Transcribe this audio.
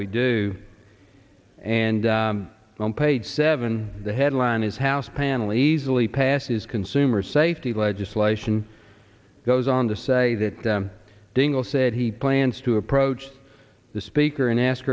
we do and on page seven the headline is house panel easily passes consumer safety legislation goes on to say that dingell said he plans to approach the speaker and ask